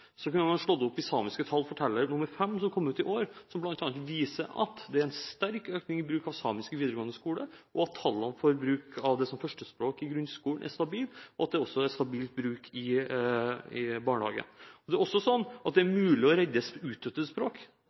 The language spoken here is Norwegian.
kunne ha slått opp i Samiske tall forteller 5, som kom ut i år, som bl.a. viser at det er en sterk økning i bruk av samisk i videregående skole, at tallene for bruk av samisk som førstespråk i grunnskolen er stabile, og at det også er stabil bruk i barnehager. Det er også mulig å redde utdødde språk. På øya Isle of Man var gælisk utdødd som språk.